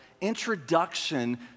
introduction